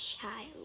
child